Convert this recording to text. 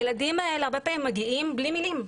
הילדים האלה הרבה פעמים מגיעים בלי מילים.